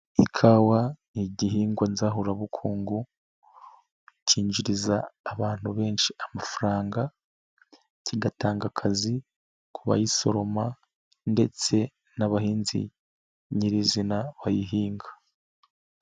Ikawa n'igihingwa nzahurabukungu cyinjiriza abantu benshi amafaranga, kigatanga akazi ku bayisoroma ndetse n'abahinzi nyirizina bayihinga.